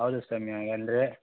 ಹೌದು ಸ್ವಾಮಿ ಹಂಗಂದ್ರೆ